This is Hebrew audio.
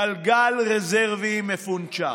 גלגל רזרבי מפונצ'ר.